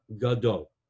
Gadol